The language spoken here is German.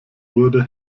wurde